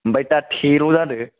आमफाय दा थे ल' जादो